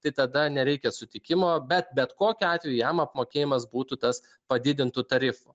tai tada nereikia sutikimo bet bet kokiu atveju jam apmokėjimas būtų tas padidintu tarifu